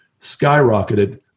skyrocketed